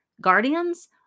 guardians